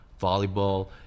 volleyball